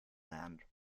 land